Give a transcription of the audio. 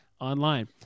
Online